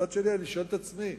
מצד שני, אני שואל את עצמי,